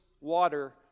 water